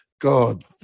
God